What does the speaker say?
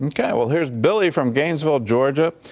and yeah well, here's billy from gainesville, georgia,